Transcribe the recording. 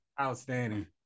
Outstanding